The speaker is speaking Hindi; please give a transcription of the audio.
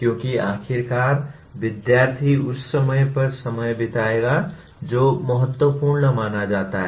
क्योंकि आखिरकार विद्यार्थी उस समय पर समय बिताएगा जो महत्वपूर्ण माना जाता है